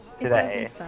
today